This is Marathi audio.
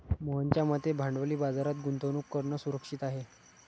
मोहनच्या मते भांडवली बाजारात गुंतवणूक करणं सुरक्षित आहे